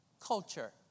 culture